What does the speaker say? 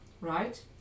right